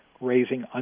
raising